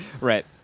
Right